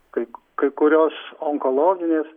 kaip kai kurios onkologinės